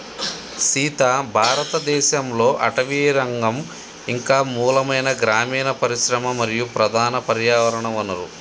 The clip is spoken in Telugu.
సీత భారతదేసంలో అటవీరంగం ఇంక మూలమైన గ్రామీన పరిశ్రమ మరియు ప్రధాన పర్యావరణ వనరు